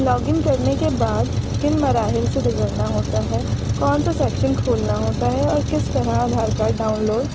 log in کرنے کے بعد کن مراحل سے گزرنا ہوتا ہے کون سا سیکشن کھولنا ہوتا ہے اور کس طرح آدھار کارڈ ڈاؤن لوڈ